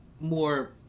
more